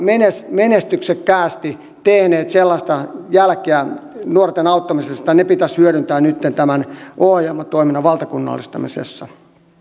menestyksekkäästi tehneet sellaista jälkeä nuorten auttamisessa että ne pitäisi hyödyntää nytten tämän ohjaamo toiminnan valtakunnallistamisessa